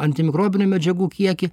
antimikrobinių medžiagų kiekį